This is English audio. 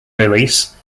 release